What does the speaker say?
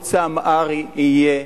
הערוץ האמהרי יהיה.